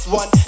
one